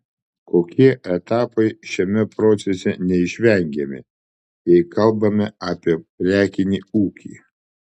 kokie etapai šiame procese neišvengiami jei kalbame apie prekinį ūkį